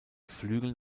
flügeln